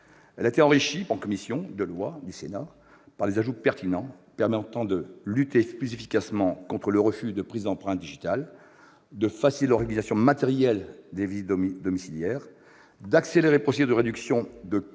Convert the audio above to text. Elle a été enrichie par la commission des lois du Sénat d'ajouts pertinents permettant de lutter plus efficacement contre les refus de prise d'empreintes digitales, de faciliter l'organisation matérielle des visites domiciliaires, d'accélérer les procédures par la réduction de quinze